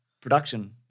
production